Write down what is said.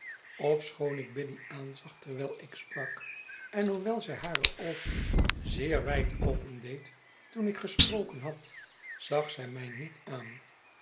ofschoon ik biddy aanzag terwijl ik sprak en hoewel zij hare oogen zeer wijd opendeed toen ik gesproken had zag zij mij niet aan